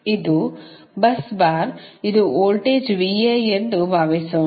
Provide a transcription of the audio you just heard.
ಇದು bus bar ಇದು voltage ಎಂದು ಭಾವಿಸೋಣ